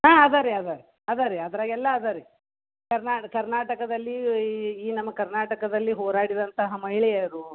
ಹಾಂ ಅದಾ ರೀ ಅದಾ ಅದಾ ರೀ ಅದ್ರಾಗೆ ಎಲ್ಲ ಅದಾ ರೀ ಕರ್ನಾಟಕದಲ್ಲಿ ಈ ಈ ನಮ್ಮ ಕರ್ನಾಟಕದಲ್ಲಿ ಹೋರಾಡಿದಂತಹ ಮಹಿಳೆಯರು